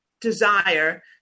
desire